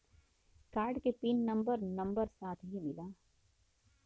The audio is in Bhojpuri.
कार्ड के पिन नंबर नंबर साथही मिला?